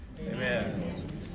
Amen